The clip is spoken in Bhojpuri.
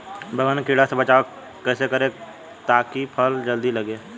बैंगन के कीड़ा से बचाव कैसे करे ता की फल जल्दी लगे?